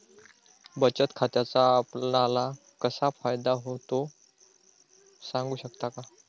बचत खात्याचा आपणाला कसा फायदा होतो? सांगू शकता का?